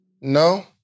No